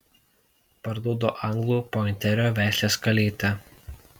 parduodu anglų pointerio veislės kalytę